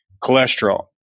cholesterol